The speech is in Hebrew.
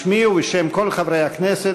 בשמי ובשם כל חברי הכנסת,